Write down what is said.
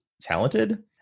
talented